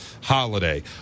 holiday